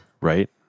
right